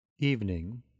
evening